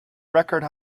record